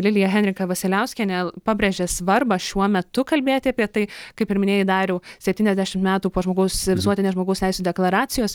lilija henrika vasiliauskienė pabrėžė svarbą šiuo metu kalbėti apie tai kaip ir minėjai dariau septyniasdešimt metų po žmogaus visuotinės žmogaus teisių deklaracijos